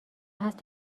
هست